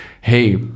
Hey